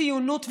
ציונות ומורשת.